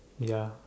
ya